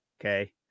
okay